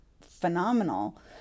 phenomenal